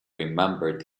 remembered